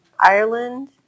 Ireland